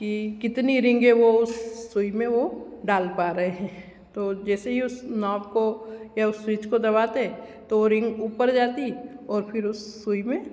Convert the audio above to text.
की कितनी रिंगे वो उस सूई में वो डाल पा रहे हैं तो जैसे ही उस नोब को या उस स्विच को दबाते तो रिंग ऊपर जाती फिर उस सूई में